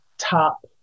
top